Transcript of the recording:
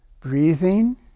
Breathing